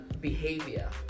behavior